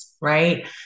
right